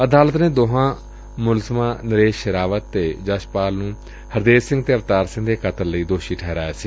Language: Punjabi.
ਅਦਾਲਤ ਨੇ ਦੋਵੇਂ ਮੁਲਜ਼ਮਾਂ ਨਰੇਸ਼ ਸ਼ੇਰਾਵਤ ਅਤੇ ਯਸ਼ਪਾਲ ਨੂੰ ਹਰਦੇਵ ਸਿੰਘ ਅਤੇ ਅਵਤਾਰ ਸਿੰਘ ਦੇ ਕਤਲ ਲਈ ਦੋਸ਼ੀ ਠਹਿਰਾਇਆ ਸੀ